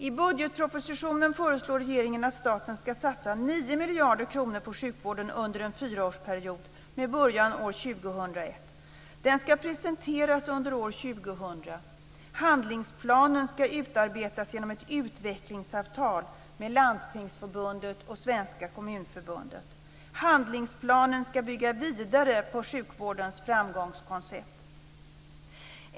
I budgetpropositionen föreslår regeringen att staten ska satsa 9 miljarder kronor på sjukvården under en fyraårsperiod med början år 2001. Den ska presenteras under år 2000. Handlingsplanen ska utarbetas genom ett utvecklingsavtal med Landstingsförbundet och Svenska Kommunförbundet. Handlingsplanen ska bygga vidare på sjukvårdens framgångskoncept.